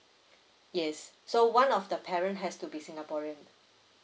yes so one of the parent has to be singaporean